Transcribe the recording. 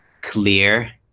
clear